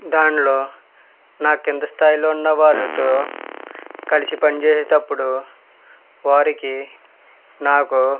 దానిలో నా కింది స్థాయిలో ఉన్న వారితో కలిసి పనిచేసేటప్పుడు వారికి నాకు